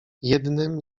jednym